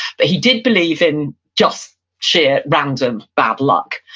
but he did believe in just sheer, random bad luck.